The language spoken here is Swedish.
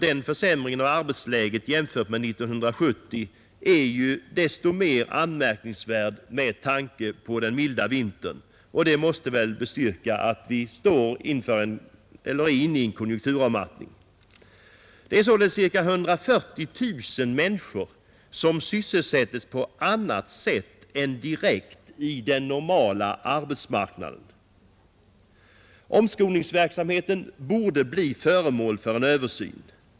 Denna försämring av arbetsmarknadsläget jämfört med 1970 är desto mer anmärkningsvärd om man tänker på den milda vintern, och detta bestyrker väl att vi nu är inne i en konjunkturavmattning. Omkring 140 000 människor är alltså sysselsatta på annat sätt än direkt på den normala arbetsmarknaden. Omskolningsverksamheten borde bli föremål för en översyn.